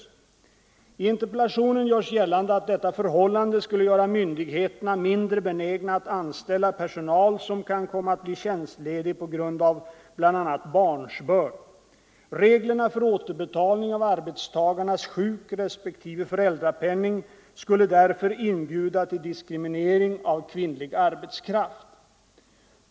I interpellationen görs gällande att detta förhållande skulle göra myndigheterna mindre benägna att anställa personal som kan komma att bli tjänstledig på grund av bl.a. barnsbörd. Reglerna för återbetalning av arbetstagarnas sjukrespektive föräldrapenning skulle därför inbjuda till diskriminering av kvinnlig arbetskraft.